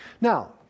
Now